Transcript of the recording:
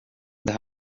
det